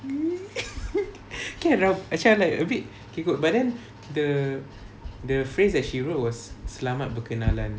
kan right actually I like a bit kekok but then the the phrase that she wrote was selamat berkenalan